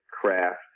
craft